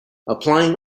applying